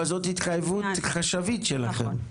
אבל זאת התחייבות חשבית שלכם?